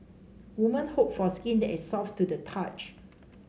women hope for skin that is soft to the touch